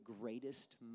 greatest